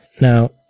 Now